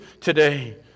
today